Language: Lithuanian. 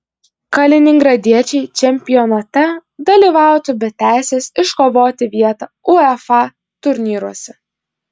kaliningradiečiai čempionate dalyvautų be teisės iškovoti vietą uefa turnyruose